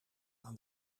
aan